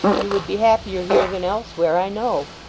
you would be happier here than elsewhere, i know.